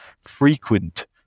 frequent